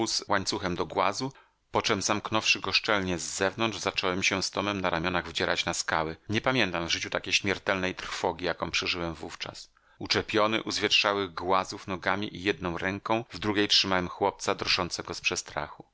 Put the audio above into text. łańcuchem do głazu poczem zamknąwszy go szczelnie z zewnątrz zacząłem się z tomem na ramionach wdzierać na skały nie pamiętam w życiu takiej śmiertelnej trwogi jaką przeżyłem wówczas uczepiony u zwietrzałych głazów nogami i jedną ręką w drugiej trzymałem chłopca drżącego z przestrachu